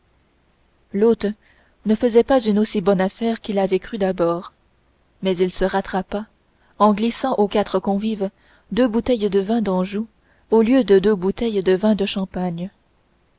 l'hôte ne faisait pas une aussi bonne affaire qu'il l'avait cru d'abord mais il se rattrapa en glissant aux quatre convives deux bouteilles de vin d'anjou au lieu de deux bouteilles de vin de champagne